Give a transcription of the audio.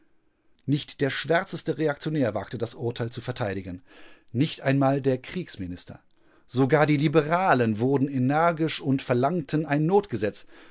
nicht der schwärzeste reaktionär wagte das urteil zu verteidigen nicht einmal der kriegsminister sogar die liberalen wurden energisch und verlangten ein notgesetz